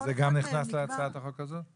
וגם זה נכנס להצעת החוק הזו?